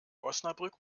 osnabrück